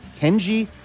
Kenji